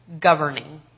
governing